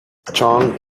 chong